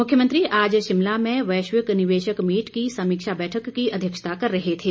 मुख्यमंत्री आज शिमला में वैश्विक निवेशक मीट की समीक्षा बैठक की अध्यक्षता कर रहे थे